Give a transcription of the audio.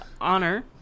honor